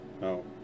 no